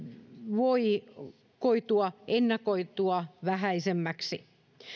voi koitua ennakoitua vähäisemmäksi